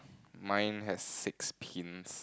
mine has six pins